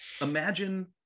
imagine